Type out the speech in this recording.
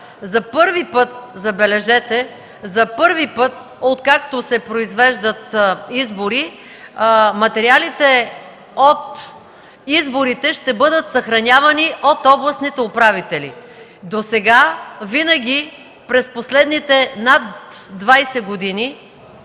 За първи път, забележете, откакто се произвеждат избори, материалите от изборите ще бъдат съхранявани от областните управители. Досега винаги през последните над 20 години